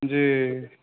जी